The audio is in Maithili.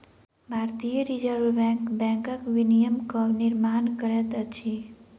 भारतीय रिज़र्व बैंक बैंकक विनियमक निर्माण करैत अछि